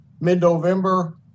Mid-November